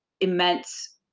immense